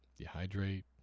Dehydrate